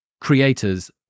creators